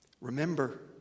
Remember